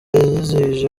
yizihije